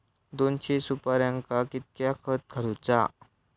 दोनशे सुपार्यांका कितक्या खत घालूचा?